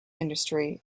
industry